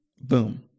boom